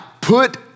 put